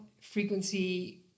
frequency